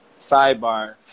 sidebar